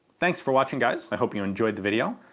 thanks for watching guys, i hope you enjoyed the video.